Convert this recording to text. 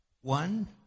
one